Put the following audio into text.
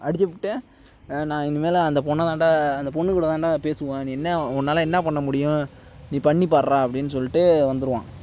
அடிச்சுபுட்டு நான் இனிமேல் அந்த பொண்ணை தான்டா அந்த பொண்ணு கூட தான்டா பேசுவேன் நீ என்ன உன்னால் என்ன பண்ண முடியும் நீ பண்ணிப்பார்றா அப்படின்னு சொல்லிவிட்டு வந்துடுவான்